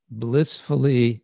blissfully